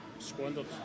squandered